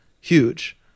huge